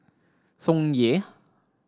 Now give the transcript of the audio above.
Tsung Yeh